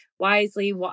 wisely